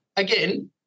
Again